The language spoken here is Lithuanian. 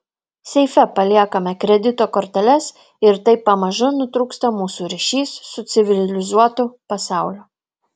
seife paliekame kredito korteles ir taip pamažu nutrūksta mūsų ryšys su civilizuotu pasauliu